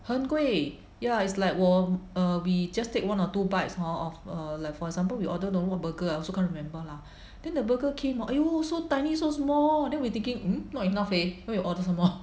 很贵 ya it's like 我 err we just take one or two bites of err like for example we order normal burger I also can't remember lah then the burger came hor !aiyo! so tiny so small then we thinking mm not enough leh then we order some more